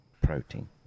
protein